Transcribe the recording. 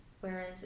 whereas